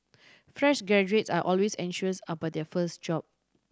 fresh graduates are always anxious about their first job